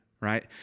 right